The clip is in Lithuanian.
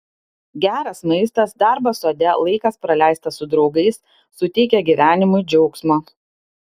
geras maistas darbas sode laikas praleistas su draugais suteikia gyvenimui džiaugsmo